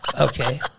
Okay